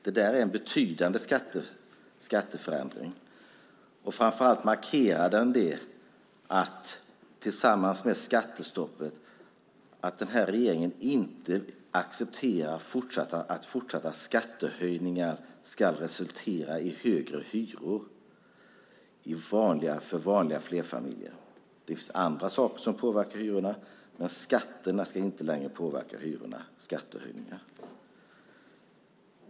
Det är en betydande skatteförändring. Framför allt markerar den tillsammans med skattestoppet att den här regeringen inte accepterar att fortsatta skattehöjningar ska resultera i högre hyror för vanliga familjer. Det finns andra saker som påverkar hyrorna, men skattehöjningar ska inte längre göra det.